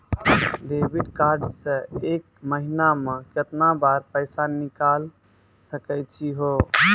Debit card से एक महीना मा केतना बार पैसा निकल सकै छि हो?